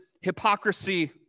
hypocrisy